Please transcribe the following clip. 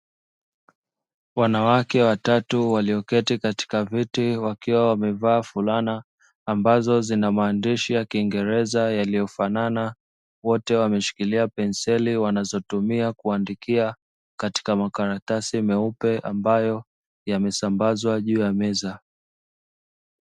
Wanawake watatu walioketi katika viti, wakiwa wamevaa fulana ambazo zina maandishi ya kingereza yaliyofanana. Wote wameshikilia penseli, wanazotumia kuandikia katika makaratasi meupe ambayo yamesambazwa juu ya meza.